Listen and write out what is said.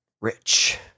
Rich